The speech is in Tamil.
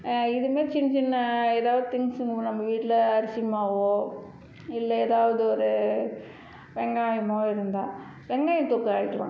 இதுமாரி சின்ன சின்ன ஏதாவது திங்ஸ் நம்ம வீட்டில அரிசி மாவோ இல்லை ஏதாவது ஒரு வெங்காயமோ இருந்தால் வெங்காயம் தொக்கு அரைக்கலாம்